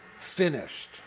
finished